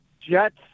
Jets